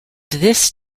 this